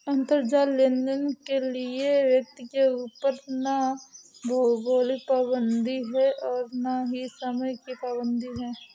अंतराजाल लेनदेन के लिए व्यक्ति के ऊपर ना भौगोलिक पाबंदी है और ना ही समय की पाबंदी है